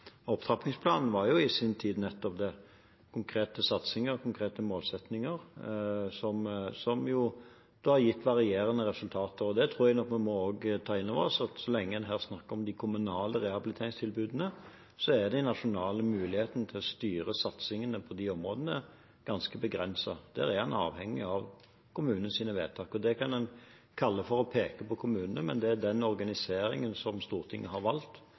opptrappingsplanen i sin tid inneholdt nettopp konkrete satsinger og konkrete målsettinger, men som jo har gitt varierende resultater. Jeg tror nok vi også må ta inn over oss at så lenge en snakker om de kommunale rehabiliteringstilbudene, er den nasjonale muligheten til å styre satsingen på de områdene ganske begrenset. Der er en avhengig av kommunenes vedtak, og det kan en kalle å peke på kommunene, men det er den organiseringen av denne tjenesten som Stortinget har valgt.